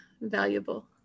valuable